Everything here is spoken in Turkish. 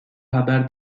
haber